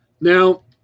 Now